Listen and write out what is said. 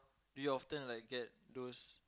do you often like get those